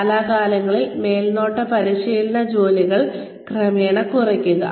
കാലാകാലങ്ങളിൽ മേൽനോട്ട പരിശോധന ജോലികൾ ക്രമേണ കുറയ്ക്കുക